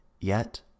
yet